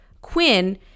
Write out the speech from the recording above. Quinn